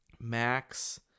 Max